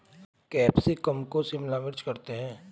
capsicum को शिमला मिर्च करते हैं